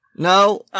No